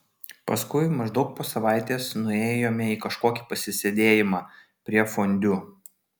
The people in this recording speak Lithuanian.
paskui maždaug po savaitės nuėjome į kažkokį pasisėdėjimą prie fondiu